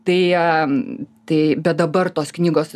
tai tai bet dabar tos knygos